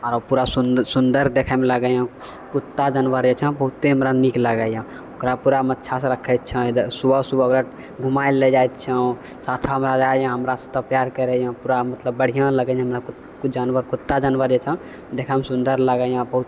आओर पूरा सुन्दर देखैमे लागैए कुत्ता जानवर जे छै बहुते हमरा नीक लागैए ओकरा पूरा हम अच्छासँ राखै छिए इधर सुबह सुबह घुमाबैलए लऽ जाइ छिए साथमे रहैए हमरासँ प्यार करैए पूरा मतलब बढ़िआँ लगैए हमरा कुत्ता ओ जानवर कुत्ता जानवर जे छै देखैमे सुन्दर लागैए बहुत